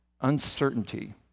uncertainty